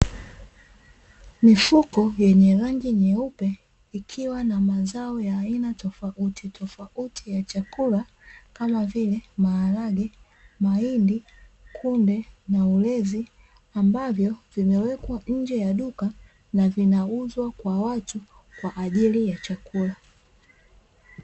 Mifuko yenye rangi nyeupe ikiwa na mazao ya aina tofautitofauti ya chakula kama vile: maharage, mahindi, kunde na ulezi ambavyo vimewekwa nje ya duka na vinauzwa kwa watu kwa ajili ya chakula.